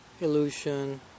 illusion